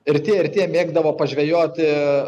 ir tie ir tie mėgdavo pažvejoti